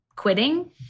Quitting